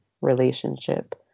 relationship